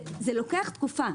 זה לוקח תקופה.